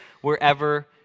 wherever